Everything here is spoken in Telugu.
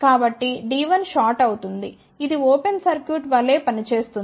కాబట్టి D1 షార్ట్ అవుతుంది ఇది ఓపెన్ సర్క్యూట్ వలె పని చేస్తుంది